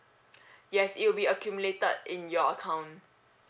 yes it will be accumulated in your account